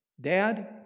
Dad